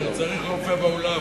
צריך רופא באולם.